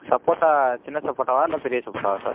சப்போட்டா சின்ன சப்போட்டாவா இல்லை பெரிய சப்போட்டாவா சார்